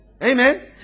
Amen